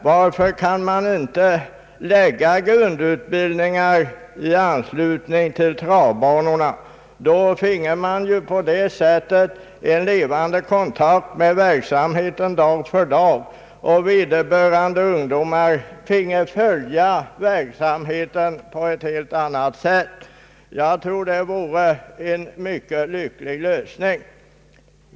Varför kan inte grundutbildningen läggas i anslutning till travbanorna? På det sättet finge man en levande kontakt med verksamheten dag för dag, och ungdomarna finge följa verksamheten på ett helt annat sätt. Jag tror att det vore en mycket lycklig lösning.